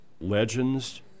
Legends